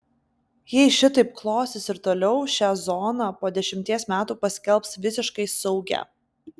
jei šitaip klosis ir toliau šią zoną po dešimties metų paskelbs visiškai saugia